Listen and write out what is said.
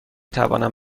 توانم